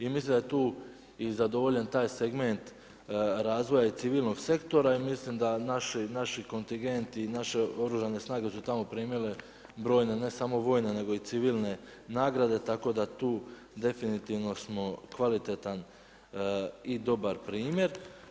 I mislim da je tu i zadovoljen taj segment razvoja i civilnog sektora i mislim da naši kontingenti i naše oružane snage što su tamo primile brojne, ne samo vojne nego i civilne nagrade, tako da tu definitivno smo kvalitetan i dobar primjer.